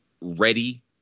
ready